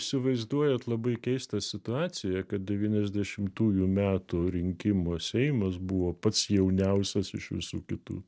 įsivaizduojat labai keistą situaciją kad devyniasdešimtųjų metų rinkimų seimas buvo pats jauniausias iš visų kitų